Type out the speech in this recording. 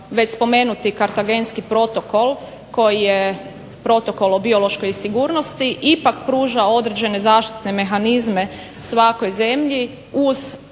već spomenuti Kartagenski protokol koji je Protokol o biološkoj sigurnosti ipak pružao određene zaštitne mehanizme svakoj zemlji uz